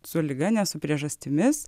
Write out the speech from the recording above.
su liga ne su priežastimis